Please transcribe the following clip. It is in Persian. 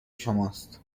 شماست